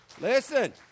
listen